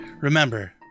Remember